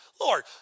Lord